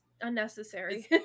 unnecessary